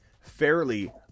fairly